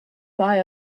buy